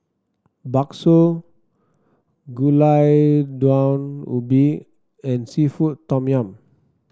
bakso Gulai Daun Ubi and seafood Tom Yum